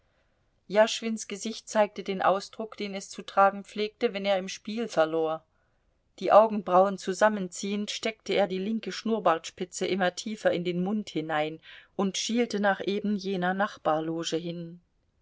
jaschwins gesicht zeigte den ausdruck den es zu tragen pflegte wenn er im spiel verlor die augenbrauen zusammenziehend steckte er die linke schnurrbartspitze immer tiefer in den mund hinein und schielte nach eben jener nachbarloge hin